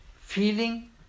Feeling